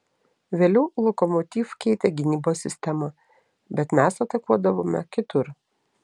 vėliau lokomotiv keitė gynybos sistemą bet mes atakuodavome kitur